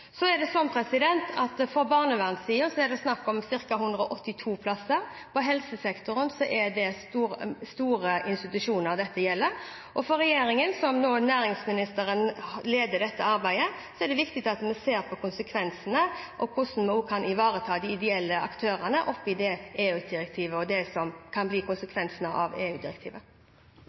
For barnevernssiden er det snakk om ca. 182 plasser. I helsesektoren gjelder dette store institusjoner, og for regjeringen, hvor næringsministeren leder dette arbeidet, er det viktig at vi ser på konsekvensene, og på hvordan vi også kan ivareta de ideelle aktørene med tanke på det som kan bli konsekvensene av